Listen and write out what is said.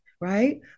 right